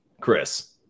Chris